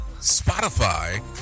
Spotify